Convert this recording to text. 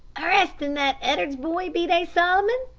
arrestin' that ed'ards boy, be they, solomon?